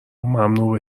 ممنوع